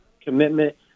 commitment